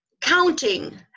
counting